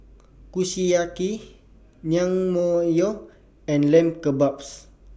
Kushiyaki Naengmyeon and Lamb Kebabs